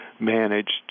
managed